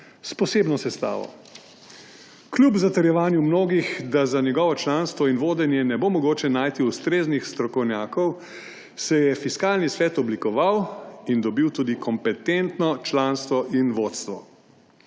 posebno sestavo. Kljub zatrjevanju mnogih, da za njegovo članstvo in vodenje ne bo mogoče najti ustreznih strokovnjakov, se je Fiskalni svet oblikoval in dobil tudi kompetentno članstvo in vodstvo.